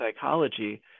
psychology